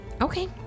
Okay